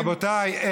רבותיי,